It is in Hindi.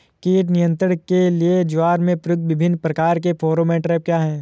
कीट नियंत्रण के लिए ज्वार में प्रयुक्त विभिन्न प्रकार के फेरोमोन ट्रैप क्या है?